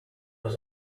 was